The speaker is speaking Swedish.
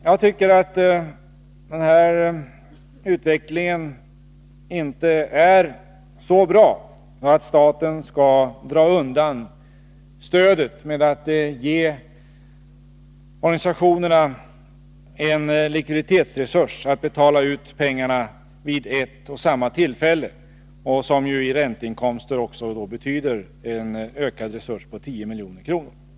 Jag tycker inte utvecklingen är så bra att staten skall dra undan stödet att ge organisationerna en likviditetsresurs genom att betala ut pengarna vid ett och samma tillfälle, vilket i ränteinkomster betyder en ökad resurs på 10 milj.kr.